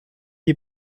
die